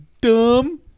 dumb